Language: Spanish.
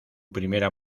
primera